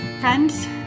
Friends